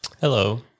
Hello